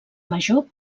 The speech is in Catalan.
major